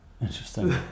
interesting